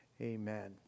amen